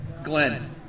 Glenn